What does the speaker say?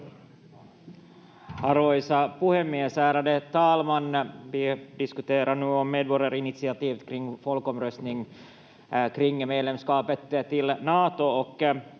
Arvoisa puhemies, ärade talman! Vi diskuterar nu om medborgarinitiativet kring en folkomröstning kring medlemskapet i Nato,